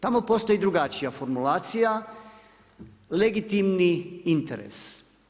Tamo postoji drugačija formulacija, legitimni interes.